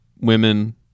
women